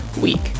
week